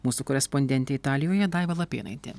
mūsų korespondentė italijoje daiva lapėnaitė